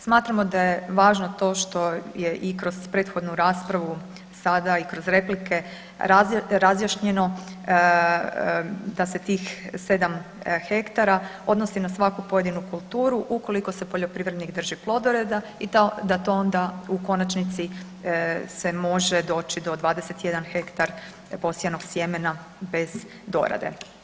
Smatramo da je važno to što je i kroz prethodnu raspravu sada i kroz replike razjašnjeno da se tih 7 hektara odnosi na svaku pojedinu kulturu, ukoliko se poljoprivrednik drži plodoreda i da to onda u konačnici se može doći do 21 hektar posijanog sjemena bez dorade.